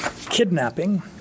kidnapping